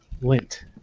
lint